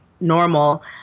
normal